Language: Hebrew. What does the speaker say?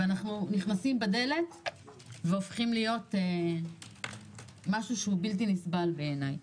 ואנחנו נכנסים בדלת והופכים להיות משהו שהוא בלתי נסבל בעיניי.